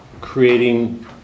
creating